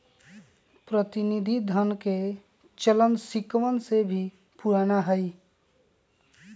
प्रतिनिधि धन के चलन सिक्कवन से भी पुराना हई